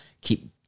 keep